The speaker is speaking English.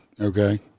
okay